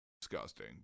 disgusting